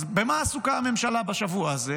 אז במה עסוקה הממשלה בשבוע הזה,